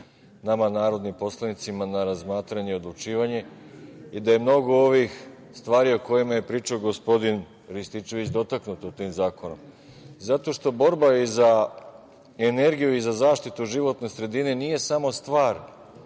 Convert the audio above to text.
nama narodnim poslanicima na razmatranje i odlučivanje i da je mnogo ovih stvari o kojima je pričao gospodin Rističević dotaknuto tim zakonom. Zato što borba za energiju i zaštitu životne sredine nije samo stvar